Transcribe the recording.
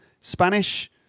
Spanish